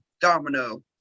Domino